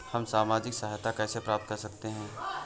हम सामाजिक सहायता कैसे प्राप्त कर सकते हैं?